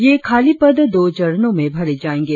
ये खाली पद दो चरणों में भरे जाएंगे